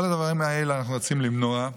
את כל הדברים האלה אנחנו רוצים למנוע.